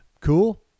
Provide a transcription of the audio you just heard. cool